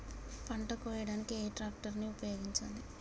పంట కోయడానికి ఏ ట్రాక్టర్ ని ఉపయోగించాలి?